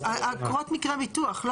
קרות מקרה ביטוח.